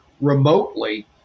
remotely